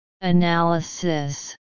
Analysis